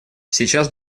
сейчас